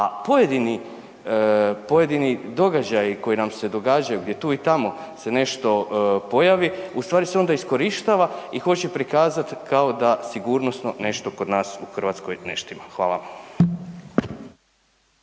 A pojedini događaji koji nam se događaju gdje tu i tamo se nešto pojavi onda se iskorištava i hoće prikazat kao da sigurnosno nešto kod nas u Hrvatskoj ne štima. Hvala.